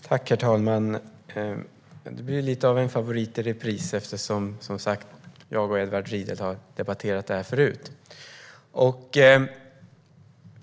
Herr talman! Det blir lite av en favorit i repris eftersom jag och Edward Riedl har debatterat detta förut.